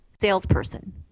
salesperson